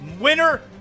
winner